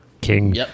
king